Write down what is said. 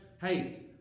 hey